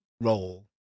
role